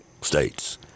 states